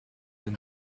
than